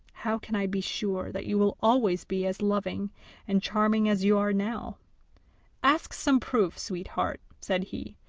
how can i be sure that you will always be as loving and charming as you are now ask some proof, sweetheart said he.